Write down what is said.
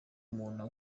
umuntu